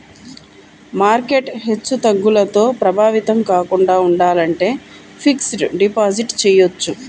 market హెచ్చుతగ్గులతో ప్రభావితం కాకుండా ఉండాలంటే ఫిక్స్డ్ డిపాజిట్ చెయ్యొచ్చు